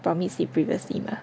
promise it previously mah